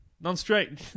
non-straight